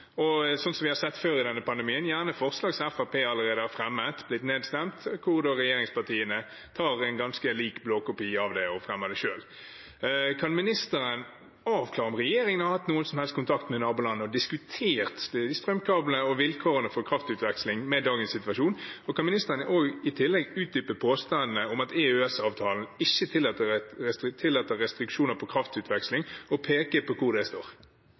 som vi har sett før i denne pandemien, gjerne gjennom forslag som Fremskrittspartiet allerede har fremmet, som har blitt nedstemt, og hvor regjeringspartiene tar en ganske lik blåkopi av disse og fremmer det selv. Kan ministeren avklare om regjeringen har hatt noen som helst kontakt med nabolandene og diskutert strømkablene og vilkårene for kraftutveksling i dagens situasjon? Kan ministeren i tillegg utdype påstandene om at EØS-avtalen ikke tillater restriksjoner på kraftutveksling, og peke på hvor det står?